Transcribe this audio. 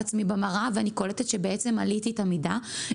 עצמי במראה ואני קולטת שבעצם עליתי מידה.